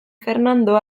fernando